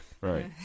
Right